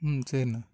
ம் சேரிண